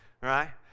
right